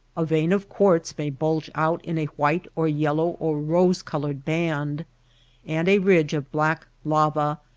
a vein of quartz may bulge out in a white or yel low or rose-colored band and a ridge of black lava,